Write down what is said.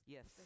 Yes